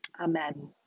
Amen